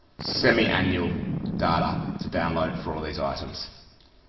semi-annual data to download for all these items.